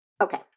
Okay